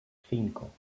cinco